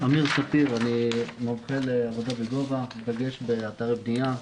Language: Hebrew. אני מומחה לעבודה בגובה בדגש על אתרי בנייה.